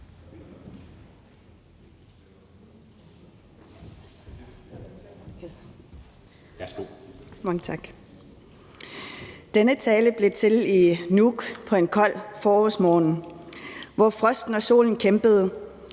Denne tale blev til i Nuuk på en kold forårsmorgen, hvor frosten og solen kæmpede,